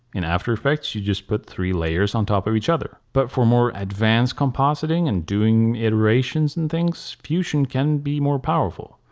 in after effects you just put three layers on top of each other. but for more advanced compositing and doing iterations and things, fusion can be more powerful.